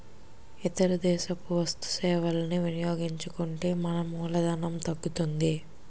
ఇతర దేశపు వస్తు సేవలని వినియోగించుకుంటే మన మూలధనం తగ్గుతుంది